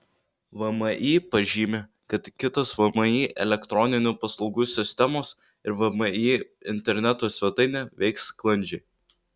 vmi pažymi kad kitos vmi elektroninių paslaugų sistemos ir vmi interneto svetainė veiks sklandžiai